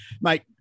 Mate